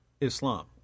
Islam